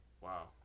Wow